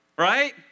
Right